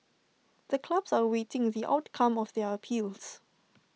the clubs are awaiting the outcome of their appeals